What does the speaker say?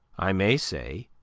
i may say,